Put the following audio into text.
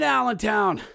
Allentown